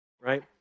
right